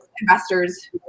investors